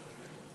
שלוש דקות.